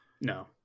No